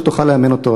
שתוכל לאמן אותו.